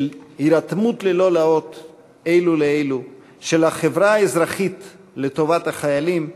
של הירתמות ללא לאות אלו לאלו: של החברה האזרחית לטובת החיילים,